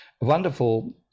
wonderful